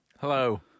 Hello